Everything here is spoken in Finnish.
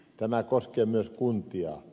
tämä koskee myös kuntia